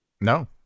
no